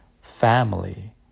family